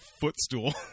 footstool